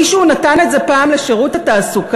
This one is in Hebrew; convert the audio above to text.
מישהו נתן את זה פעם לשירות התעסוקה,